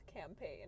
campaign